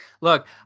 Look